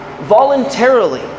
voluntarily